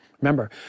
Remember